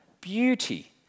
beauty